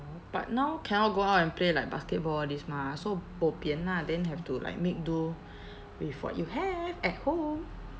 but now cannot go out and play like basketball all this mah so bo pian ah then have to like make do with what you have at home